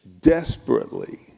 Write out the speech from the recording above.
desperately